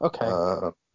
Okay